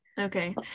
okay